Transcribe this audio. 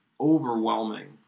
overwhelming